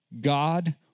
God